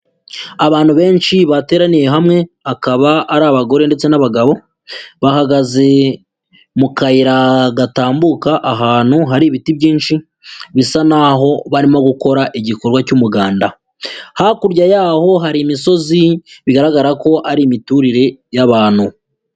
Abantu benshi bateraniye hamwe akaba ari abagore ndetse n'abagabo bahagaze mu kayira gatambuka ahantu hari ibiti byinshi bisa naho barimo gukora igikorwa cy'umuganda, hakurya yaho hari imisozi bigaragara ko ari imiturire y'abantu.